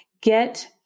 get